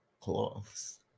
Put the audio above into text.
cloths